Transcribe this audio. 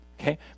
Okay